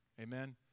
amen